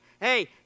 Hey